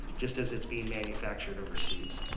just as it's being manufactured overseas.